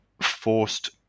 forced